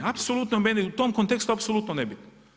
Apsolutno meni u tom kontekstu apsolutno nebitno.